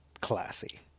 classy